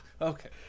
Okay